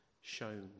shown